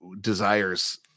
desires